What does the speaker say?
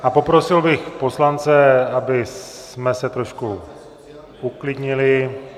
A poprosil bych poslance, abychom se trošku uklidnili.